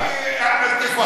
הערבית)